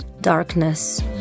darkness